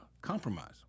compromise